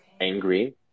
angry